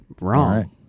Wrong